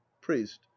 priest